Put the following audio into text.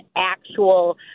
actual